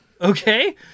Okay